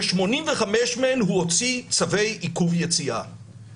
ב-85 מהן הוא הוציא צווי עיכוב יציאה.